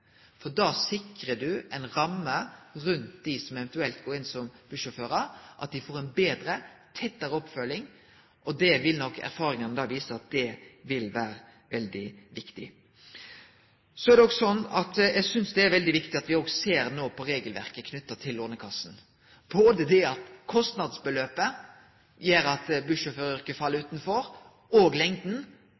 Da sikrar ein ei ramme for dei som eventuelt går inn som bussjåførar, der dei får ei betre, tettare oppfølging, og erfaringane vil nok vise at det vil vere veldig viktig. Eg synest òg det er veldig viktig at me ser på regelverket i Lånekassen. Både kostnadsbeløpet og lengda på utdanninga gjer at bussjåføryrket fell utanfor.